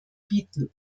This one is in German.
bieten